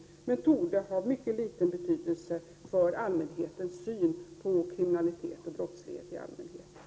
Dessa frågor torde emellertid ha mycket liten betydelse för allmänhetens syn på kriminalitet och brottslighet i allmänhet.